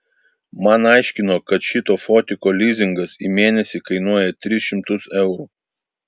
man aiškino kad šito fotiko lizingas į mėnesį kainuoja tris šimtus eurų